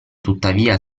tuttavia